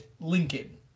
Lincoln